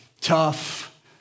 tough